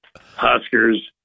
Huskers